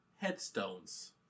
headstones